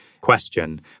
question